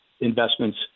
investments